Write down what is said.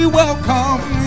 welcome